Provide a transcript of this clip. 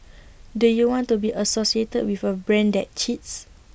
do you want to be associated with A brand that cheats